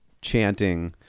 chanting